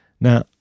Now